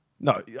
No